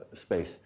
space